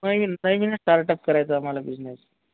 नवीन नवीनच स्टार्टप करायचा आम्हाला बिजनेस